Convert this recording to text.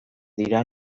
dira